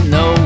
no